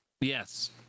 Yes